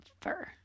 fur